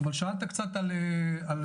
אבל שאלת קצת על מספרים,